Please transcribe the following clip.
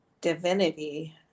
divinity